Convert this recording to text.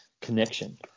connection